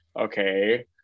okay